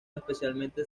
especialmente